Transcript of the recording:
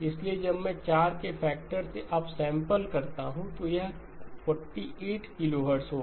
इसलिए जब मैं 4 के फैक्टर से अप सैंपल करता हूं तो यह 48 किलोहर्ट्ज़ हो गया